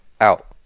out